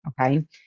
okay